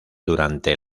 durante